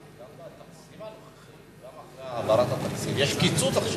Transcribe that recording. גם בתקציב הנוכחי, יש עכשיו קיצוץ.